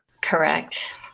Correct